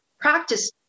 practice